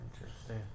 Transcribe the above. Interesting